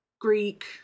Greek